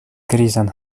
grizan